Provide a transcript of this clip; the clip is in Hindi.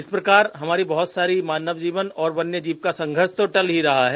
इस प्रकार हमारी बहुत सारी वन्य जीव और वन्य जीव का संघर्ष तो अल रहा है